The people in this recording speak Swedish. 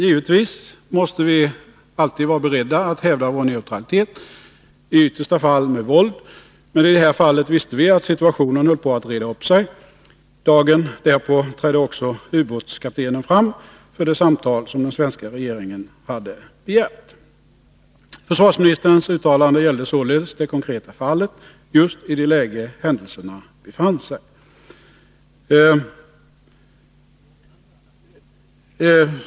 Givetvis måste vi alltid vara beredda att hävda vår neutralitet, i yttersta fall med våld, men i det här fallet visste vi att situationen höll på att reda upp sig. Dagen därpå trädde också ubåtskaptenen fram för det samtal som den svenska regeringen hade begärt.” Försvarsministerns uttalande gällde således det konkreta fallet, just i det aktuella läget.